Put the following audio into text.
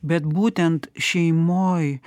bet būtent šeimoj